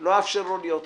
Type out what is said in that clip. לא אאפשר לו להיות כאן,